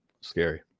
Scary